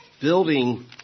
Building